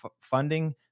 funding